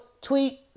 tweet